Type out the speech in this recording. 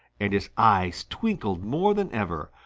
and his eyes twinkled more than ever.